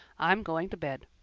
i'm going to bed.